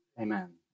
amen